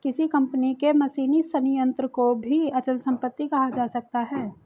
किसी कंपनी के मशीनी संयंत्र को भी अचल संपत्ति कहा जा सकता है